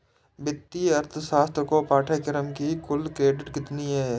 वित्तीय अर्थशास्त्र के पाठ्यक्रम की कुल क्रेडिट कितनी है?